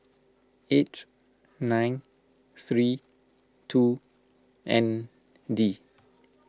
eight nine three two N D